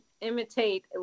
imitate